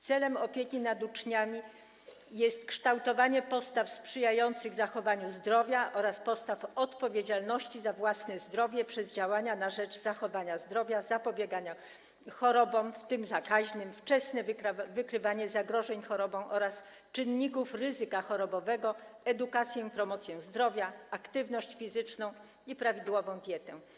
Celem opieki nad uczniami jest kształtowanie postaw sprzyjających zachowaniu zdrowia oraz postaw odpowiedzialności za własne zdrowie przez działania na rzecz zachowania zdrowia, zapobiegania chorobom, w tym zakaźnym, wczesne wykrywanie zagrożeń chorobą oraz czynników ryzyka chorobowego, edukację i promocję zdrowia, aktywność fizyczną i prawidłową dietę.